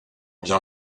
bien